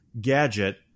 gadget